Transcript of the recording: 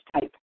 type